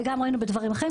וראינו גם בדברים אחרים.